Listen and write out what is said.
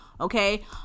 okay